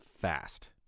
fast